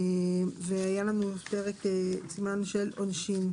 והיה לנו סימן של עונשין.